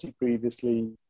previously